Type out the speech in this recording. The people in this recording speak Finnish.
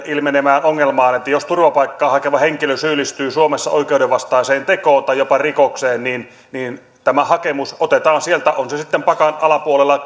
ilmenevään ongelmaan että jos turvapaikkaa hakeva henkilö syyllistyy suomessa oikeudenvastaiseen tekoon tai jopa rikokseen niin niin tämä hakemus otetaan sieltä on se sitten pakan alapuolella